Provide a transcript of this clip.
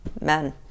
men